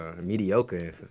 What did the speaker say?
mediocre